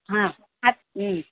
हा अस्तु